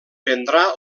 prendrà